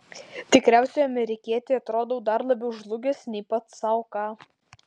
tikriausiai amerikietei atrodau dar labiau žlugęs nei pats sau ką